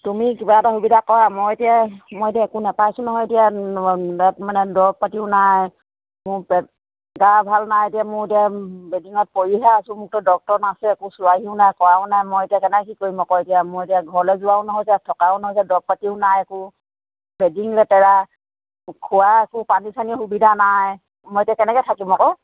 তুমি কিবা এটা সুবিধা কৰা মই এতিয়া মই এতিয়া একো নেপাইছোঁ নহয় এতিয়া তাত মানে দৰৱ পাতিও নাই মোৰ পেট গা ভাল নাই এতিয়া মোৰ এতিয়া বেডিঙত পৰিহে আছোঁ মোকতো ডক্টৰ নাৰ্ছে একো চোৱাহিও নাই কৰাও নাই মই এতিয়া কেনেকৈ কি কৰিম আকৌ এতিয়া মই এতিয়া ঘৰলৈ যোৱাও নহৈছে ইয়াত থকাও নহৈছে দৰৱ পাতিও নাই একো বেডিং লেতেৰা খোৱা একো পানী চানী সুবিধা নাই মই এতিয়া কেনেকৈ থাকিম আকৌ